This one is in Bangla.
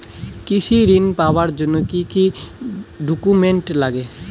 কৃষি ঋণ পাবার জন্যে কি কি ডকুমেন্ট নাগে?